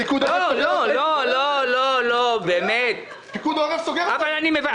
פיקוד העורף סוגר אותנו, סוגר את העסק.